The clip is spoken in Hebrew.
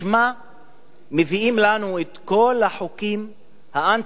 בשמה מביאים לנו את כל החוקים האנטי-דמוקרטיים.